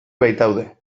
baitaude